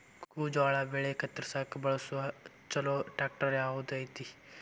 ಗೋಂಜಾಳ ಬೆಳೆ ಕತ್ರಸಾಕ್ ಬಳಸುವ ಛಲೋ ಟ್ರ್ಯಾಕ್ಟರ್ ಯಾವ್ದ್ ಐತಿ?